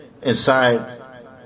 Inside